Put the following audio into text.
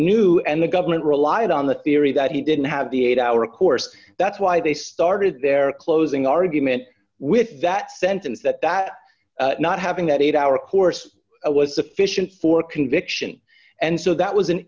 knew and the government relied on the theory that he didn't have the eight hour course that's why they started their closing argument with that sentence that that not having that eight hour course was sufficient for conviction and so that was an